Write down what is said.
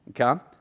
okay